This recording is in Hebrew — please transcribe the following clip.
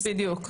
בדיוק.